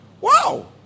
Wow